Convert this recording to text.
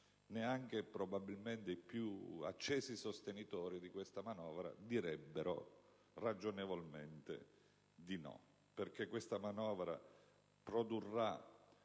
neanche i più accesi sostenitori di questa manovra direbbero ragionevolmente di sì, perché questa manovra produrrà